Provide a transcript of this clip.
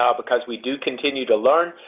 um because we do continue to learn,